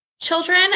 children